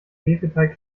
hefeteig